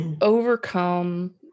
overcome